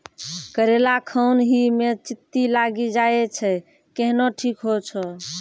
करेला खान ही मे चित्ती लागी जाए छै केहनो ठीक हो छ?